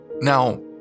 now